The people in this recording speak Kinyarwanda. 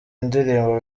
ndirimbo